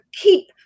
keep